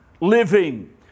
living